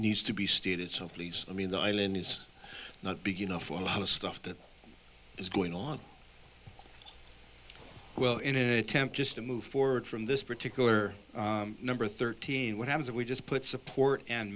please i mean the island is not big enough for a lot of stuff that is going on well in an attempt just to move forward from this particular number thirteen what happens if we just put support and